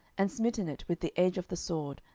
and smitten it with the edge of the sword,